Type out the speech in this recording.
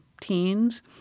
teens